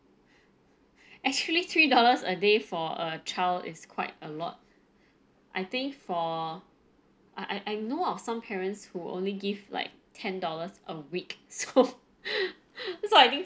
actually three dollars a day for a child is quite a lot I think for I I know of some parents who only give like ten dollars a week so so I think